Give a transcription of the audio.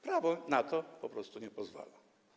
Prawo na to po prostu nie pozwala.